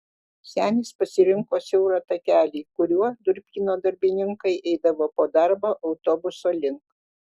senis pasirinko siaurą takelį kuriuo durpyno darbininkai eidavo po darbo autobuso link